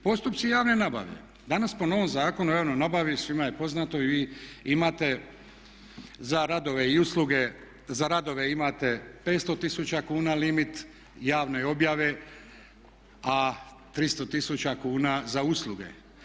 Postupci javne nabave, danas po novom Zakonu o javnoj nabavi, svima je poznato i imate za radove i usluge, za radove imate 500 tisuća kuna limit javne objave a 300 tisuća kuna za usluge.